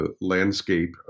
landscape